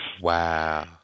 Wow